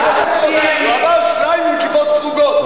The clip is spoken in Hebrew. הוא אמר שניים עם כיפות סרוגות.